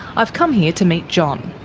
i've come here to meet john.